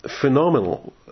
phenomenal